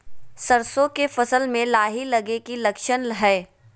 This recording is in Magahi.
सरसों के फसल में लाही लगे कि लक्षण हय?